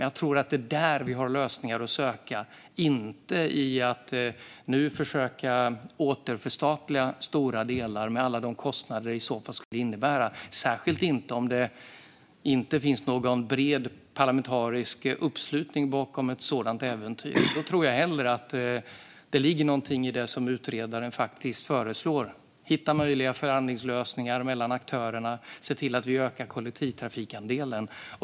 Jag tror att det är där vi ska söka efter lösningar, inte i att försöka återförstatliga stora delar med alla de kostnader som det skulle innebära. Det ska man särskilt inte göra om det inte finns någon bred parlamentarisk uppslutning bakom ett sådant äventyr. Jag tror hellre att det ligger någonting i det som utredaren föreslår: att hitta möjliga förhandlingslösningar mellan aktörerna och se till att öka kollektivtrafikandelen.